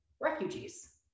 refugees